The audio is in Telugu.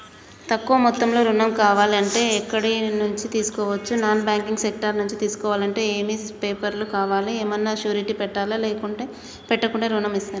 తక్కువ మొత్తంలో ఋణం కావాలి అంటే ఎక్కడి నుంచి తీసుకోవచ్చు? నాన్ బ్యాంకింగ్ సెక్టార్ నుంచి తీసుకోవాలంటే ఏమి పేపర్ లు కావాలి? ఏమన్నా షూరిటీ పెట్టాలా? పెట్టకుండా ఋణం ఇస్తరా?